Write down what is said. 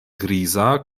griza